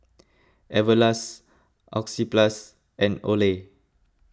Everlast Oxyplus and Olay